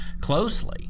closely